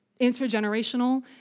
intergenerational